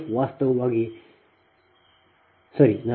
C f ವಾಸ್ತವವಾಗಿ ಪ್ರಸ್ತುತ ಸರಿ